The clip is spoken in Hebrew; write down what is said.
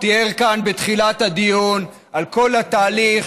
הוא תיאר כאן בתחילת הדיון את כל התהליך: